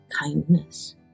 kindness